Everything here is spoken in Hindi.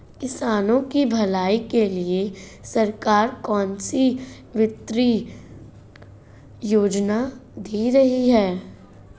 किसानों की भलाई के लिए सरकार कौनसी वित्तीय योजना दे रही है?